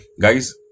guys